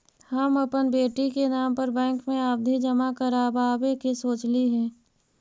हम अपन बेटी के नाम पर बैंक में आवधि जमा करावावे के सोचली हे